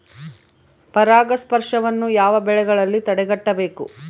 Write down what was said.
ಪರಾಗಸ್ಪರ್ಶವನ್ನು ಯಾವ ಬೆಳೆಗಳಲ್ಲಿ ತಡೆಗಟ್ಟಬೇಕು?